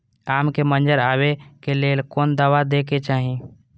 आम के मंजर आबे के लेल कोन दवा दे के चाही?